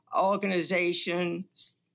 organizations